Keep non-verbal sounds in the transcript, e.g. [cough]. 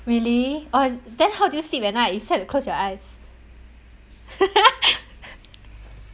really oh is then how do you sleep at night you slept you close your eyes [laughs]